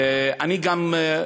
אני גם,